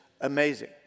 amazing